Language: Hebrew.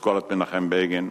אסכולת מנחם בגין,